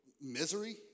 misery